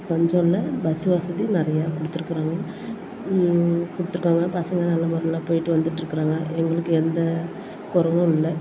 பஞ்சம் இல்லை பஸ்ஸு வசதி நிறையா கொடுத்துருக்கறாங்க கொடுத்துருக்காங்க பசங்க நல்ல முறையில் போய்ட்டு வந்துட்டுருக்கறாங்க எங்களுக்கு எந்த கொறயும் இல்லை